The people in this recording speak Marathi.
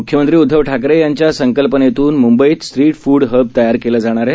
मुख्यमंत्रीउद्धवठाकरेयांच्यासंकल्पनेतूनमुंबईतस्ट्रीटफूडहबतयारकेलाजाणारआहे